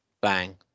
bang